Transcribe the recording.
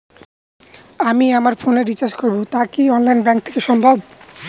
আমি আমার ফোন এ রিচার্জ করব টা কি আমার অনলাইন ব্যাংক থেকেই সম্ভব?